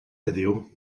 heddiw